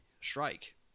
strike